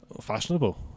Fashionable